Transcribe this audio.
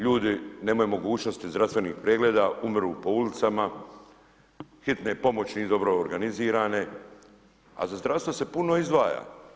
Ljudi nemaju mogućnosti zdravstvenih pregleda, umiru po ulicama, hitne pomoći nisu dobro organizirane, a za zdravstvo se puno izdvaja.